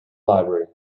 library